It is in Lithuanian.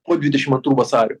po dvidešim antrų vasario